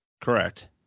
Correct